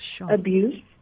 abuse